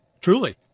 Truly